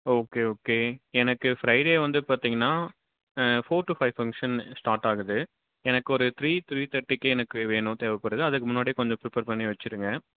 okay okay எனக்கு Friday வந்து பார்த்தீங்கன்னா four to five function start ஆகுது எனக்கு ஒரு த்ரீ த்ரீ தேர்ட்டிக்கு எனக்கு வேணும் தேவைப்படுது அதுக்கு முன்னாடியே கொஞ்சம் ப்ரிப்பேர் பண்ணி வைச்சுருங்க